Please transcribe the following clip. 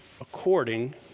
according